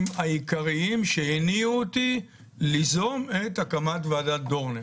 העיקריים שהניעו אותי ליזום את הקמת ועדת דורנר.